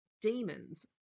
demons